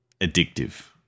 Addictive